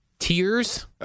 Tears